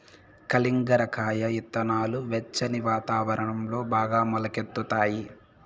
కలింగర కాయ ఇత్తనాలు వెచ్చని వాతావరణంలో బాగా మొలకెత్తుతాయి